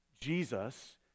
Jesus